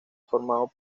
formado